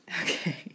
Okay